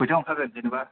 खइथायाव ओंखारगोन जेन'बा